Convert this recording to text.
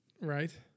Right